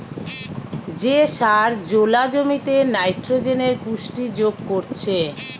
যে সার জোলা জমিতে নাইট্রোজেনের পুষ্টি যোগ করছে